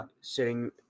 sitting